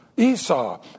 Esau